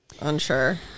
unsure